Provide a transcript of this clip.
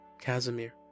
casimir